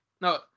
No